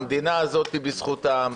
המדינה הזאת בזכותם,